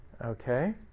Okay